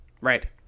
Right